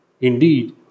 Indeed